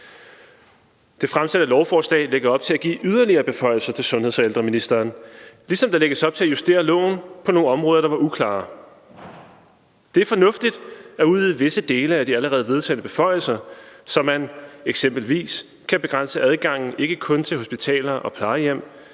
Det fremsatte lovforslag lægger op til at give yderligere beføjelser til sundheds- og ældreministeren, ligesom der lægges op til at justere loven på nogle områder, der var uklare. Det er fornuftigt at udvide visse dele af de allerede vedtagne beføjelser, så man eksempelvis kan begrænse adgangen, ikke kun til hospitaler og plejehjem,